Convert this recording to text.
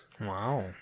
Wow